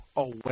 away